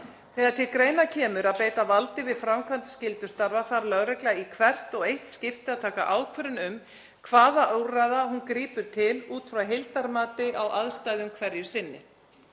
Þegar til greina kemur að beita valdi við framkvæmd skyldustarfa þarf lögregla í hvert og eitt skipti að taka ákvörðun um hvaða úrræða hún grípur til út frá heildarmati á aðstæðum hverju sinni.